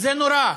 זה נורא.